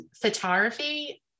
photography